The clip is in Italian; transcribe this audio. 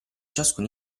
ciascun